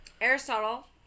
Aristotle